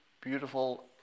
beautiful